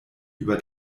über